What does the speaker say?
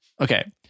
Okay